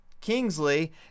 Kingsley